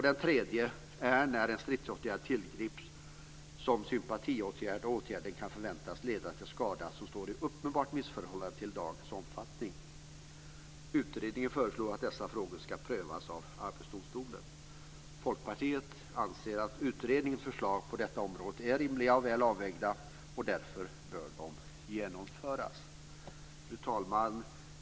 Den tredje är när en stridsåtgärd tillgrips som sympatiåtgärd och åtgärden kan förväntas leda till skada som står i uppenbart missförhållande till åtgärdens omfattning. Utredningen föreslår att dessa frågor ska prövas av Arbetsdomstolen. Folkpartiet anser att utredningens förslag på detta område är rimliga och väl avvägda och därför bör genomföras. Fru talman!